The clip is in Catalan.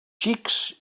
xics